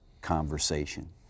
conversation